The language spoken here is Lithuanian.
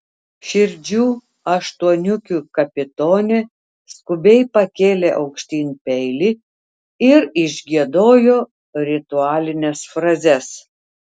širdžių aštuoniukių kapitonė skubiai pakėlė aukštyn peilį ir išgiedojo ritualines frazes